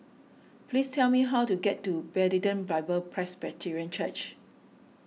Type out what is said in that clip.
please tell me how to get to Bethlehem Bible Presbyterian Church